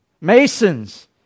Masons